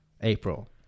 April